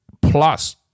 plus